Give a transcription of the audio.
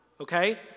okay